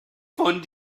von